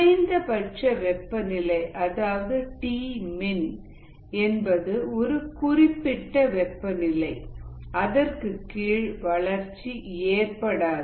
குறைந்தபட்ச வெப்பநிலை அதாவது டீமின் என்பது ஒரு குறிப்பிட்ட வெப்பநிலை அதற்கு கீழ் வளர்ச்சி ஏற்படாது